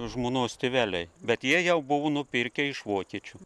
žmonos tėveliai bet jie jau buvo nupirkę iš vokiečių